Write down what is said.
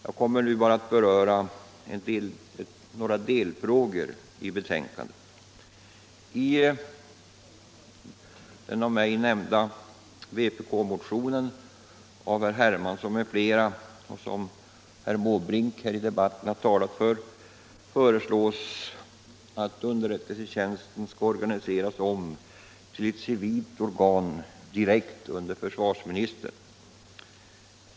Jag kommer nu bara att beröra några delfrågor i betänkandet, I den av mig nämnda vpk-motionen av herr Hermansson m.fl., som herr Måbrink här i debatten har talat för, föreslås att underrättelsetjänsten skall organiseras om till ett civilt organ direkt under försvarsministern.